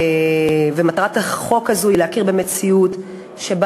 מטרת הצעת החוק הזאת היא להכיר במציאות שבה